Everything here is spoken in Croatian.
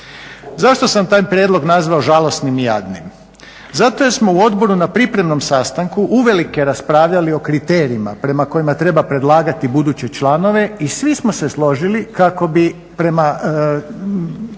Zašto sam taj prijedlog nazvao žalosnim i jadnim? Zato jer smo u odboru na pripremnom sastanku uvelike raspravljali o kriterijima prema kojima treba predlagati buduće članove i svi smo se složili kako bi prema,